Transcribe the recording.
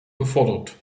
gefordert